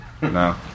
No